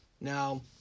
now